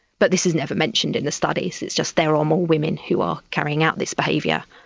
but this is never mentioned in the studies, it is just there are more women who are carrying out this behaviour,